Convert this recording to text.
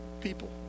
people